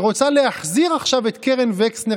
אתה יכול לאפשר להם לעשות נזק כל כך גדול למדינת ישראל?